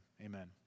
Amen